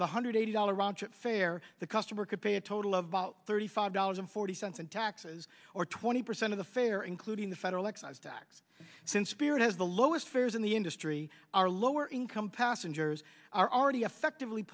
one hundred eighty dollars round trip fare the customer could pay a total of about thirty five dollars and forty cents in taxes or twenty percent of the fare including the federal excise tax since spirit has the lowest fares in the industry are lower income passengers are already effectively